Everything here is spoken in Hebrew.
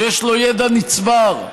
שיש לו ידע נצבר,